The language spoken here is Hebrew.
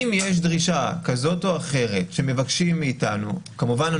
אם יש דרישה כזאת או אחרת ומבקשים מאיתנו כמובן,